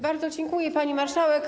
Bardzo dziękuję, pani marszałek.